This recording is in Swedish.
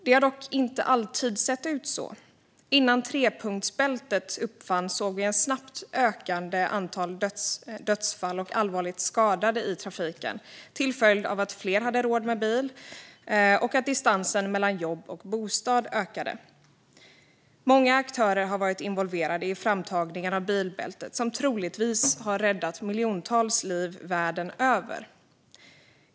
Så har det dock inte alltid sett ut. Innan trepunktsbältet uppfanns såg vi ett snabbt ökande antal döda och allvarligt skadade i trafiken till följd av att fler hade råd med bil och att distansen mellan jobb och bostad ökade. Många aktörer var involverade i framtagandet av bilbältet, som troligtvis har räddat miljontals världen över.